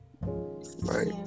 Right